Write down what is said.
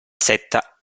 setta